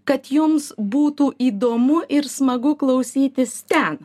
kad jums būtų įdomu ir smagu klausytis ten